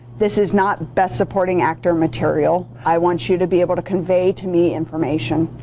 this is not best supporting actor material. i want you to be able to convey to me information